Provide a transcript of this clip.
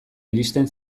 iristen